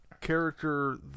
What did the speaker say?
character